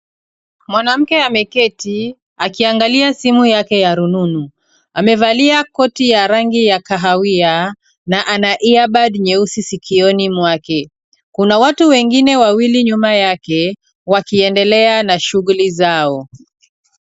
Mwanamke ameketi akiangalia simu yake ya rununu. Amevalia koti ya rangi ya kahawia na ana earpad nyeusi sikioni mwake. Kuna watu wengine wawili nyuma yake wakiendelea na shughuli zao.